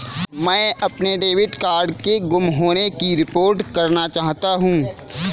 मैं अपने debit card के गुम होने की रिपोर्ट करना चाहता हूँ